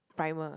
primer